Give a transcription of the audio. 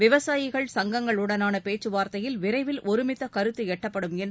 விவசாயிகள் சங்கங்களுடனான பேச்சுவார்த்தையில் விரைவில் ஒருமித்த கருத்து எட்டப்படும் என்று